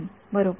TM बरोबर